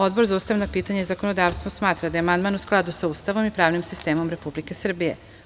Odbor za ustavna pitanja i zakonodavstvo smatra da je amandman u skladu sa Ustavom i pravnim sistemom Republike Srbije.